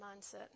mindset